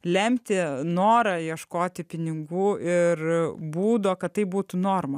lemti norą ieškoti pinigų ir būdo kad tai būtų norma